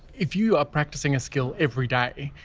if you are practicing a skill every day,